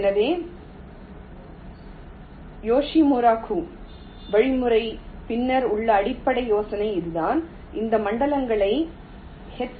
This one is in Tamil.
எனவே யோஷிமுரா கு வழிமுறை பின்னால் உள்ள அடிப்படை யோசனை இதுதான் இந்த மண்டலங்களை எச்